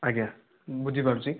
ଆଜ୍ଞା ବୁଝି ପାରୁଛି